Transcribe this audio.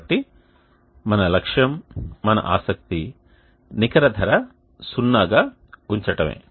కాబట్టి మన లక్ష్యం మన ఆసక్తి నికర ధర సున్నాగా ఉంచటమే